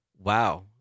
Wow